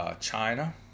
China